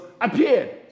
appeared